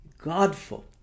Godful